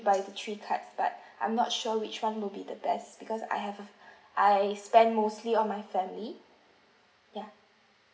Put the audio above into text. by the three cards but I'm not sure which one will be the best because I have I spend mostly on my family ya